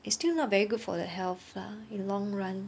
it's still not very good for your health lah in long run